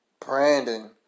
Brandon